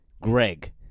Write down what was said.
Greg